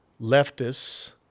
leftists